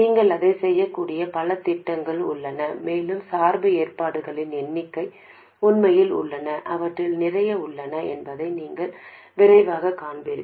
நீங்கள் இதைச் செய்யக்கூடிய பல திட்டங்கள் உள்ளன மேலும் சார்பு ஏற்பாடுகளின் எண்ணிக்கை உண்மையில் உள்ளன அவற்றில் நிறைய உள்ளன என்பதை நீங்கள் விரைவாகக் காண்பீர்கள்